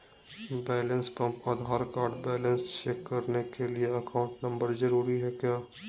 Balance pump Aadhaar card balance check करने के लिए अकाउंट नंबर जरूरी है क्या?